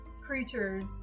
creatures